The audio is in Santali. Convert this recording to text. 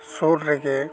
ᱥᱩᱨ ᱨᱮᱜᱮ